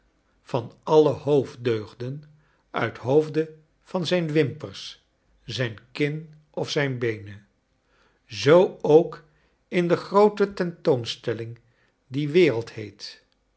van alle hoofddeugden uit hoofde van zijn wimpers zijn kin of zijn beenen zoo ook in de groote tentoons telling die wereld heet